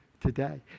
today